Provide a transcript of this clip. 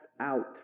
out